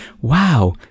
wow